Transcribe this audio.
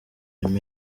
kagere